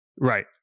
Right